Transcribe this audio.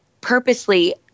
purposely